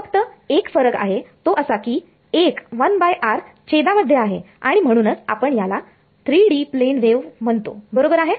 फक्त एक फरक आहे तो असा की एक 1r छेदामध्ये आहे आणि म्हणूनच आपण याला 3D प्लेन वेव म्हणतो बरोबर आहे